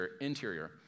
interior